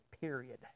Period